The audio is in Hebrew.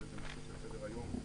וזה נושא שעל סדר היום.